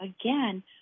again